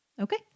Okay